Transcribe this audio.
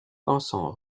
pensant